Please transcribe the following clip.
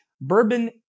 Bourbon